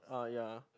uh ya